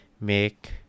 make